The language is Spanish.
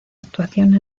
actuación